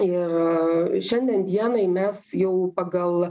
ir šiandien dienai mes jau pagal